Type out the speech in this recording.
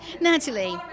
Natalie